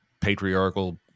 patriarchal